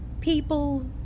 people